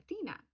Athena